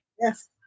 Yes